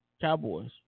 Cowboys